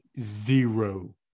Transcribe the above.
zero